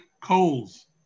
coals